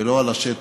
ולא על השטח,